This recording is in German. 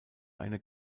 eine